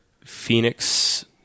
Phoenix